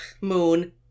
Moon